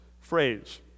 phrase